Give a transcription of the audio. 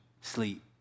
sleep